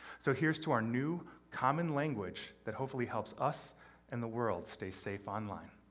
so here's to our new, common language that hopefully helps us and the world stay safe online.